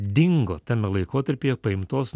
dingo tame laikotarpyje paimtos